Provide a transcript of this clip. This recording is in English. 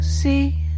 see